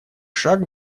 шаг